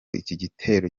igitero